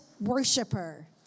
worshiper